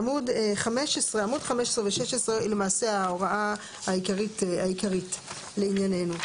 עמוד 15 ו-16, למעשה ההוראה העיקרית לעניינו.